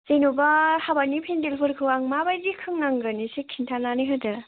जेनेबा हाबानि पेन्देलफोरखौ आं माबायदि खोनांगोन एसे खिन्थानानै होदो